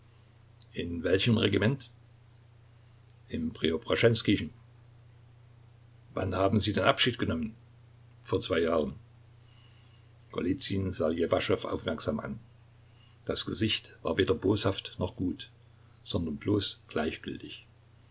in welchem regiment im preobraschenskiischen wann haben sie den abschied genommen vor zwei jahren golizyn sah ljewaschow aufmerksam an das gesicht war weder boshaft noch gut sondern bloß gleichgültig